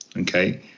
Okay